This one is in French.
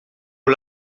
aux